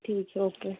ठीक है ओके